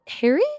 Harry